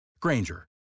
Granger